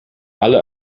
alle